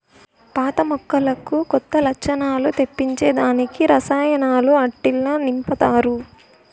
పాత మొక్కలకు కొత్త లచ్చణాలు తెప్పించే దానికి రసాయనాలు ఆట్టిల్ల నింపతారు